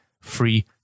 free